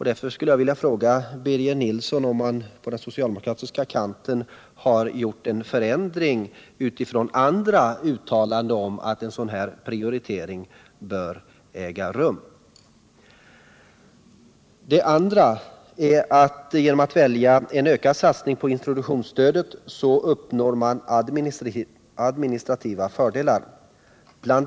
Därför skulle jag vilja fråga Birger Nilsson om man på den socialdemokratiska kanten gjort en helomvändning utifrån andra uttalanden om att en sådan här prioritering bör äga rum? Det andra är att genom att välja en ökad satsning på introduktionsstödet uppnår man administrativa fördelar. Bl.